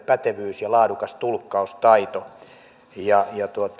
pätevyys ja laadukas tulkkaustaito